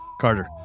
carter